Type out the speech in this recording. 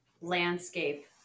landscape